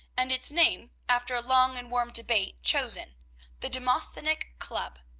and its name, after a long and warm debate, chosen the demosthenic club.